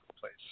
place